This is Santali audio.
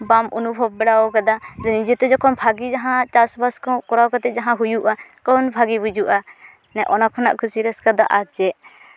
ᱵᱟᱢ ᱚᱱᱩᱵᱷᱚᱵ ᱵᱟᱲᱟᱣ ᱠᱟᱫᱟ ᱱᱤᱡᱮᱛᱮ ᱡᱚᱠᱷᱚᱱ ᱵᱷᱟᱜᱮ ᱡᱟᱦᱟᱸ ᱪᱟᱥᱼᱵᱟᱥ ᱠᱚᱦᱚᱸ ᱠᱚᱨᱟᱣ ᱠᱟᱛᱮ ᱡᱟᱦᱟᱸ ᱦᱩᱭᱩᱜᱼᱟ ᱠᱟᱨᱚᱱ ᱵᱷᱟᱜᱮ ᱵᱩᱡᱩᱜᱼᱟ ᱢᱟᱱᱮ ᱚᱱᱟ ᱠᱷᱚᱱᱟᱜ ᱠᱩᱥᱤ ᱨᱟᱹᱥᱠᱟᱹ ᱫᱚ ᱟᱨ ᱪᱮᱫ